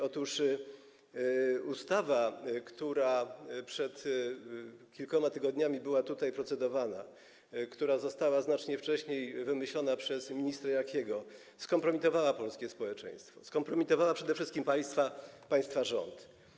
Otóż ustawa, która przed kilkoma tygodniami była tutaj procedowana, a która została znacznie wcześniej wymyślona przez ministra Jakiego, skompromitowała polskie społeczeństwo, skompromitowała przede wszystkim państwa rząd.